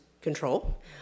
control